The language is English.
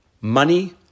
money